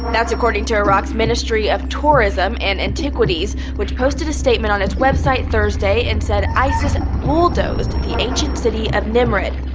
that's according to iraq's ministry of tourism and antiquities which posted a statement on its website thursday and said isis bulldozed the ancient city of nimrud,